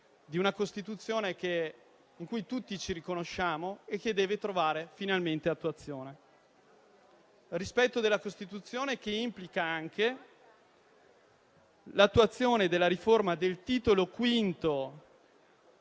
di una Costituzione in cui tutti ci riconosciamo e che deve trovare finalmente attuazione. Il rispetto della Costituzione implica anche l'attuazione della riforma del Titolo V,